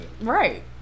Right